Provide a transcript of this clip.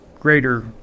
greater